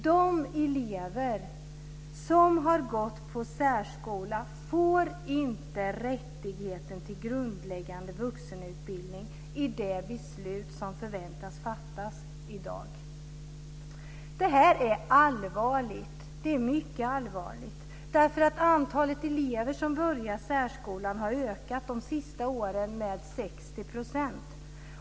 De elever som har gått i särskola får inte rätt till grundläggande vuxenutbildning enligt det beslut som riksdagen förväntas fatta i dag. Detta är mycket allvarligt, därför att antalet elever som börjar i särskolan har ökat med 60 % under de senaste åren.